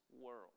world